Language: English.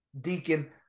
deacon